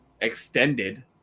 extended